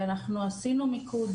אנחנו עשינו מיקוד,